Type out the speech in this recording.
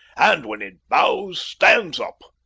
and when it bows stands up!